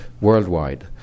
worldwide